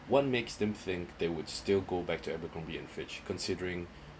what makes them think they would still go back to abercrombie and fitch considering